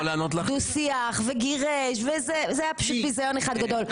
דו-שיח וגירש, זה היה פשוט ביזיון אחד גדול.